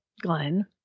Glenn